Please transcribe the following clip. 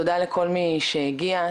תודה לכל מי שהגיע,